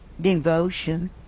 devotion